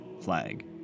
flag